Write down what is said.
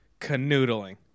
Canoodling